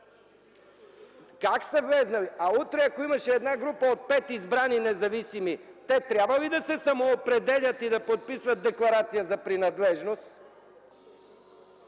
Как са влезнали? А утре, ако имаше една група от пет избрани независими, те трябва ли да се самоопределят и да подписват декларация за принадлежност?